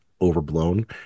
overblown